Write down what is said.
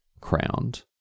crowned